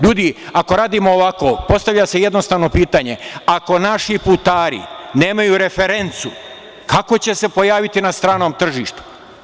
Ljudi, ako radimo ovako, postavlja se jednostavno pitanje – ako naši putari nemaju referencu, kako će se pojaviti na stranom tržištu?